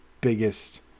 biggest